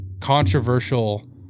controversial